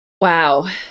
wow